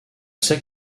sait